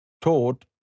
taught